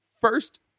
first